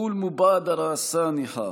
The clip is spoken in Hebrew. הסכם השלום שנחתום עליו